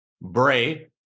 Bray